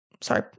sorry